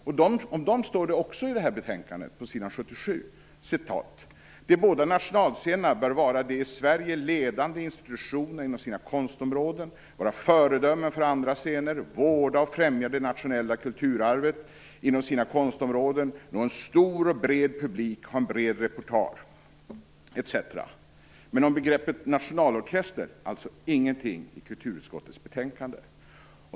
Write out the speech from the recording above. Om dem står det också i det här betänkandet på s. 77: "De båda nationalscenerna bör vara de i Sverige ledande institutionerna inom sina konstområden, vara föredömen för andra scener, vårda och främja det nationella kulturarvet inom sina konstområden, nå en stor och bred publik, ha en bred repertoar" etc. Men om begreppet nationalorkester står det ingenting i kulturutskottets betänkande.